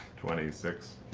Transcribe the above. twenty six.